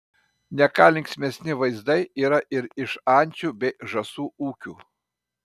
ne ką linksmesni vaizdai yra ir iš ančių bei žąsų ūkių